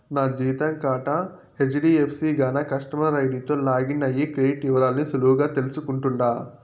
నా జీతం కాతా హెజ్డీఎఫ్సీ గాన కస్టమర్ ఐడీతో లాగిన్ అయ్యి క్రెడిట్ ఇవరాల్ని సులువుగా తెల్సుకుంటుండా